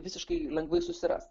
visiškai lengvai susiras